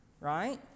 right